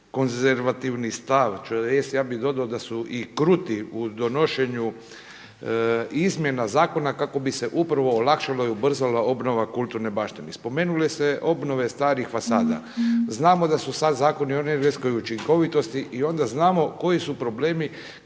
konzervativni stav, tj. ja bih dodao da su i kruti u donošenja izmjena zakona kako bi se upravo olakšala i ubrzala obnova kulturne baštine. Spomenuli ste obnove starih fasada. Znamo da su sad zakoni o energetskoj učinkovitosti i onda znamo koji su problemi